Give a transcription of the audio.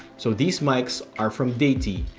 so these mics are from deity,